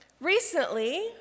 Recently